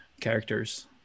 characters